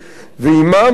ועמם עוד